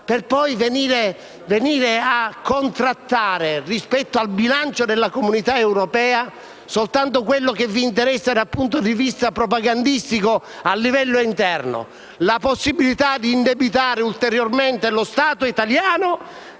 per poi venire a contrattare, rispetto al bilancio della Comunità europea, soltanto quello che vi interessa dal punto di vista propagandistico a livello interno: la possibilità di indebitare ulteriormente lo Stato italiano